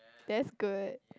that's good